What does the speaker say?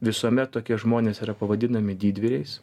visuomet tokie žmonės yra pavadinami didvyriais